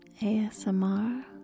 ASMR